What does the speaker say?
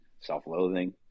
self-loathing